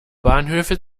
bahnhöfe